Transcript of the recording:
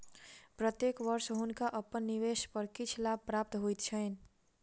प्रत्येक वर्ष हुनका अपन निवेश पर किछ लाभ प्राप्त होइत छैन